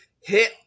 hit